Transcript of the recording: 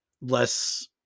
less